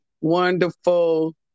wonderful